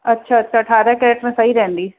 अच्छा अच्छा अरिड़हं कैरेट में सही रहंदी